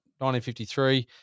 1953